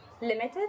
limited